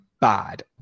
bad